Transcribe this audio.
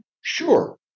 sure